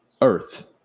earth